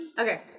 Okay